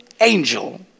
angel